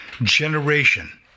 generation